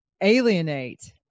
alienate